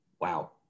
wow